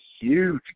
huge